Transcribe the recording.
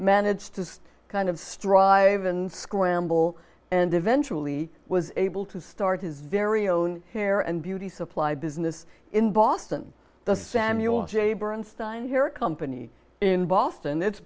managed to kind of strive and scramble and eventually was able to start his very own hair and beauty supply business in boston the samuel j bernstein here company in boston it's